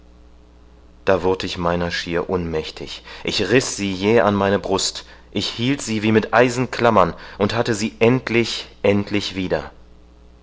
da wurd ich meiner schier unmächtig ich riß sie jäh an meine brust ich hielt sie wie mit eisenklammern und hatte sie endlich endlich wieder